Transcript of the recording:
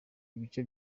ibice